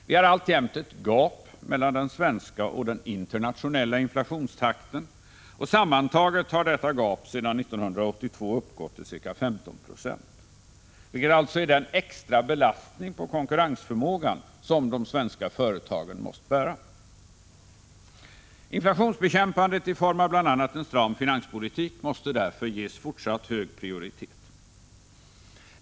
Vi har alltjämt ett gap mellan den svenska och den internationella inflationstakten, och sammantaget har detta gap sedan 1982 uppgått till ca 15 96, vilket alltså är den extra belastning på konkurrensförmågan som de svenska företagen har måst bära. Inflationsbekämpandet i form av bl.a. en stram finanspolitik måste därför ges fortsatt hög prioritet.